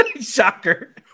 Shocker